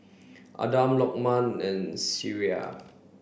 Adam Lokman and Syirah